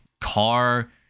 car